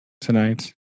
tonight